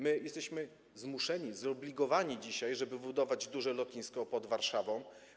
My jesteśmy zmuszeni, zobligowani dzisiaj, żeby budować duże lotnisko pod Warszawą.